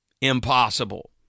impossible